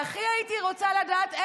והכי הייתי רוצה לדעת,